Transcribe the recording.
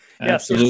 yes